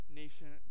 nation